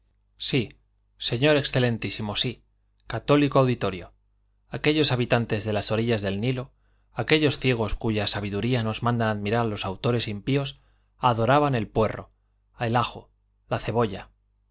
sí señor excelentísimo sí católico auditorio aquellos habitantes de las orillas del nilo aquellos ciegos cuya sabiduría nos mandan admirar los autores impíos adoraban el puerro el ajo la cebolla